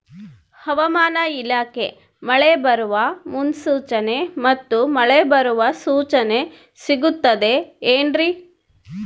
ಹವಮಾನ ಇಲಾಖೆ ಮಳೆ ಬರುವ ಮುನ್ಸೂಚನೆ ಮತ್ತು ಮಳೆ ಬರುವ ಸೂಚನೆ ಸಿಗುತ್ತದೆ ಏನ್ರಿ?